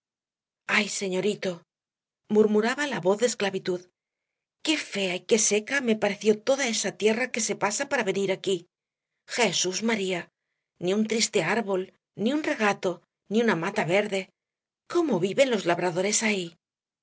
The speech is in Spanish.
ay señorito murmuraba la voz de esclavitud qué fea y qué seca me pareció toda esa tierra que se pasa para venir aquí jesús maría ni un triste árbol ni un regato ni una mata verde cómo viven los labradores ahí